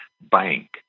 Bank